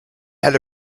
had